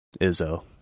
Izzo